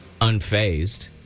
unfazed